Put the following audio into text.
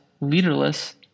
leaderless